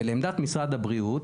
ולעמדת משרד הבריאות,